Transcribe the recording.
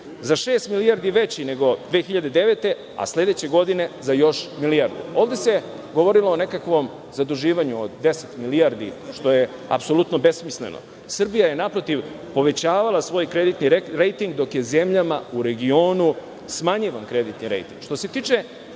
za šest milijardi veći nego 2009. godine, a sledeće godine za još milijardu. Ovde se govorilo o nekakvom zaduživanju od 10 milijardi, što je apsolutno besmisleno. Naprotiv, Srbija je povećavala svoj kreditni rejting dok je zemljama u regionu smanjivan kreditni rejting. Što